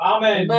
Amen